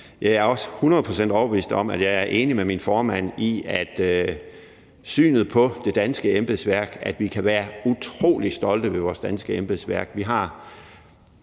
procent overbevist om, at jeg er enig med min formand i, at synet på det danske embedsværk er, at vi kan være utrolig stolte af vores danske embedsværk. Jeg